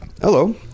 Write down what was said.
hello